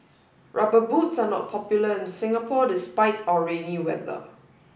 rubber boots are not popular in Singapore despite our rainy weather